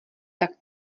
tak